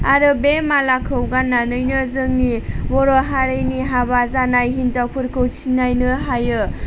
आरो बे मालाखौ गाननानैनो जोंनि बर' हारिनि हाबा जानाय हिन्जावफोरखौ सिनायनो हायो